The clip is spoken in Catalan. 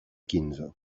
quinze